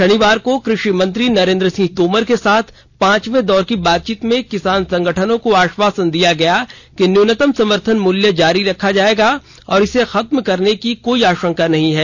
शनिवार को कृषि मंत्री नरेंद्र सिंह तोमर के साथ पांचवे दौर की बातचीत में किसान संगठनों को आश्वासन दिया गया कि न्यूनतम समर्थन मूल्य जारी रखा जाएगा और इसे खत्म करने की कोई आशंका नहीं है